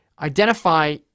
identify